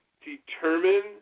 determine